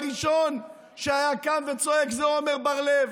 הראשון שהיה קם וצועק זה עמר בר לב.